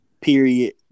period